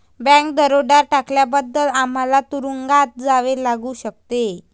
bank दरोडा टाकल्याबद्दल आम्हाला तुरूंगात जावे लागू शकते